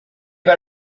got